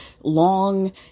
long